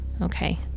Okay